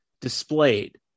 displayed